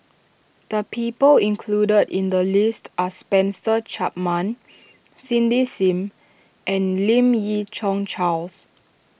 the people included in the list are Spencer Chapman Cindy Sim and Lim Yi Yong Charles